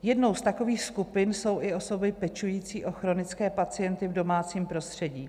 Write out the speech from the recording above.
Jednou z takových skupin jsou i osoby pečující o chronické pacienty v domácím prostředí.